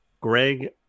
Greg